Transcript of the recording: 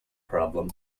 problem